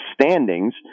standings